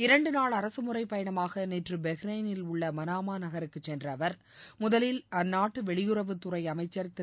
இரண்டுநாள் அரசுமுறைப் பயணமாக நேற்று பஹ்ரைனில் உள்ள மனாமா நகருக்குச் சென்ற அவர் முதலில் அந்நாட்டு வெளியுறவுத்துறை அமைச்சர் திரு